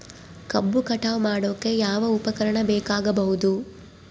ಕಬ್ಬು ಕಟಾವು ಮಾಡೋಕೆ ಯಾವ ಉಪಕರಣ ಬೇಕಾಗಬಹುದು?